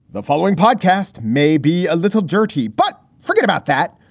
the following podcast may be a little dirty, but forget about that.